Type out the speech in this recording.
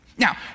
Now